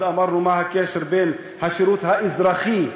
אמרנו: מה הקשר בין השירות האזרחי,